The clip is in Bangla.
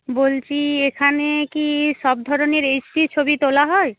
বলছি এখানে কি সব ধরনের এইচ ডি ছবি তোলা হয়